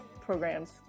programs